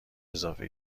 اضافه